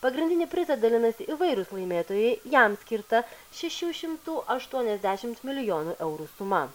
pagrindinį prizą dalinasi įvairūs laimėtojai jam skirta šešių šimtų aštuoniasdešimt milijonų eurų suma